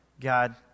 God